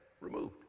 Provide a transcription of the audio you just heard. removed